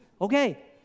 Okay